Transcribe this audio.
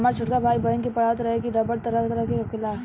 हामर छोटका भाई, बहिन के पढ़ावत रहे की रबड़ तरह तरह के होखेला